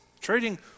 Trading